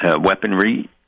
weaponry